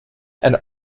and